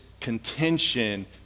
contention